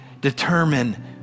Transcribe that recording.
determine